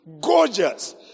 gorgeous